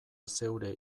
zeure